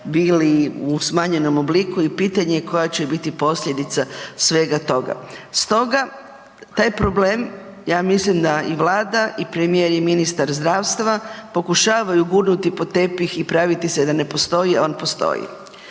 bili u smanjenom obliku i pitanje je koja će biti posljedica svega toga. Stoga, taj problem ja mislim da i Vlada i premijer i ministar zdravstva pokušavaju gurnuti pod tepih i praviti se da ne postoji, on postoji.